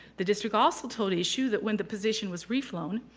the district also told issu that when the position was re-flown,